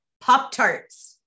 Pop-Tarts